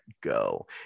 go